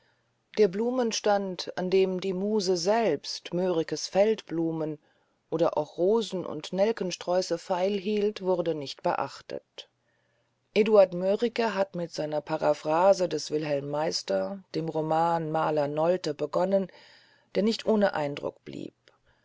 der blumenstand an dem die muse selbst mörikes feldblumen oder auch rosen und nelkensträuße feilhielt wurde nicht beachtet eduard mörike hatte mit einer paraphrase des wilhelm meister dem roman maler nolten begonnen der nicht ohne eindruck blieb